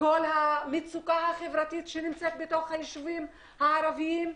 המצוקה חברתית שיש בישובים הערבים.